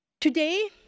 Today